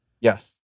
Yes